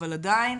אבל עדיין